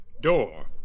Door